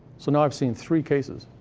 so now, i've seen three cases.